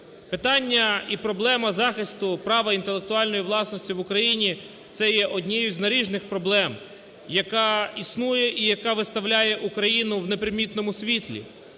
Питання і проблема захисту права інтелектуальної власності в Україні – це є однією з наріжних проблем, яка існує і яка виставляє Україну в непримітному світлі.